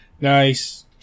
Nice